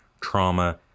trauma